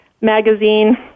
Magazine